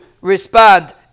respond